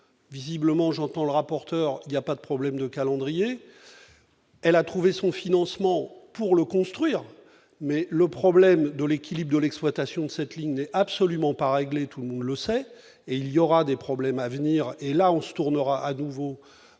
visiblement, j'entends le rapporteur il y a pas de problème de calendrier, elle a trouvé son financement pour le construire, mais le problème de l'équilibre de l'exploitation de cette ligne n'est absolument pas réglé tout le boulot c'est et il y aura des problèmes à venir, et là on se tournera à nouveau